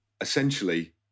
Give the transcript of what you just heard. essentially